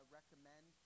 recommend